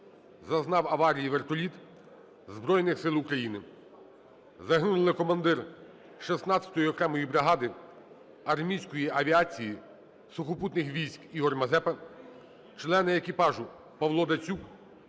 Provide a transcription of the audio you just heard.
зазнав аварії вертоліт Збройних Сил України. Загинули командир 16-ї окремої бригади армійської авіації Сухопутних військ Ігор Мазепа, члени екіпажу: Павло Даценко,